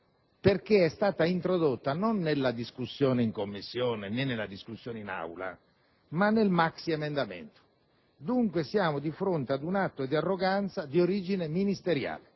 non è stata introdotta nella discussione in Commissione, né nella discussione in Aula, ma nel maxiemendamento. Dunque, siamo di fronte ad un atto di arroganza di origine ministeriale.